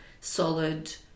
solid